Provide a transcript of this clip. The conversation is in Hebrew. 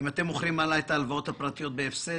אם אתם מוכרים הלאה את ההלוואות הפרטיות בהפסד,